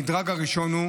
המדרג הראשון הוא